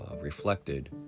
reflected